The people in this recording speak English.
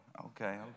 Okay